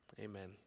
amen